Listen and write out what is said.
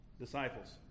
disciples